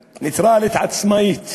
נייטרלית, עצמאית,